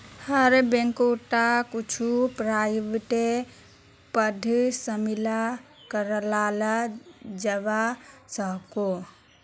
हर बैंकोत कुछु प्राइवेट पद शामिल कराल जवा सकोह